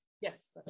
yes